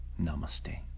namaste